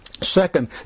Second